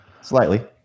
Slightly